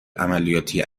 عملیاتی